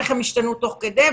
איך הם השתנו תוך כדי,